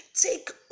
Take